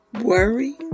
worry